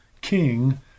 king